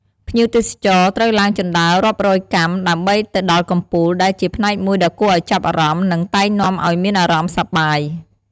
ភ្ញៀវទេសចរត្រូវឡើងជណ្ដើររាប់រយកាំដើម្បីទៅដល់កំពូល ដែលជាផ្នែកមួយដ៏គួរឱ្យចាប់អារម្មណ៍ និងតែងនាំឲ្យមានអារម្មណ៍សប្បាយ។